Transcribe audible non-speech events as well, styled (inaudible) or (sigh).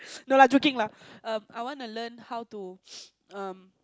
no lah joking lah um I want to learn how to (noise) um